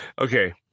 Okay